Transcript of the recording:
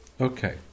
okay